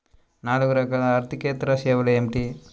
నాలుగు రకాల ఆర్థికేతర సేవలు ఏమిటీ?